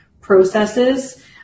processes